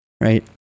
right